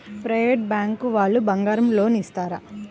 Private bank వాళ్ళు బంగారం loan ఇస్తారా?